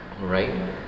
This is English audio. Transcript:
Right